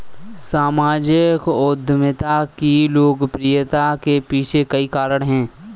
सामाजिक उद्यमिता की लोकप्रियता के पीछे कई कारण है